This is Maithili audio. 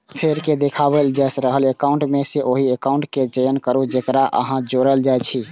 फेर देखाओल जा रहल एकाउंट मे सं ओहि एकाउंट केर चयन करू, जेकरा अहां जोड़य चाहै छी